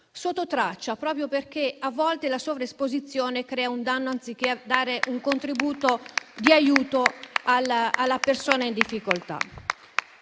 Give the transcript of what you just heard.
sottotraccia proprio perché a volte la sovraesposizione crea un danno anziché dare un contributo di aiuto alla persona in difficoltà.